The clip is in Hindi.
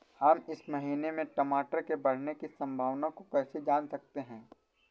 हम इस महीने में टमाटर के बढ़ने की संभावना को कैसे जान सकते हैं?